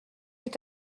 est